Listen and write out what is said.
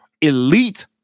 Elite